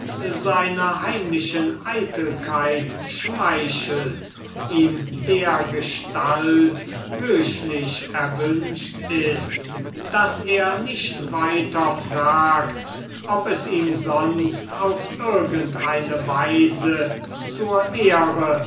seiner heimlichen eitelkeit schmeichelt ihm dergestalt höchlich erwünscht ist daß er nicht weiter fragt ob es ihm sonst auf irgend eine weise zur ehre